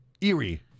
eerie